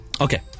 Okay